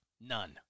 None